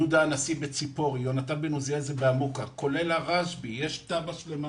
יהודה הנשיא בציפורי, כולל הרשב"י, יש תב"ע שלמה.